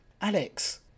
Alex